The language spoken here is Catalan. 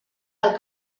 del